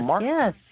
yes